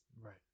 Right